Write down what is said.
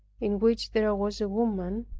in which there was a woman.